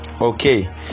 okay